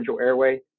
airway